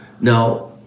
Now